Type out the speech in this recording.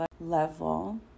level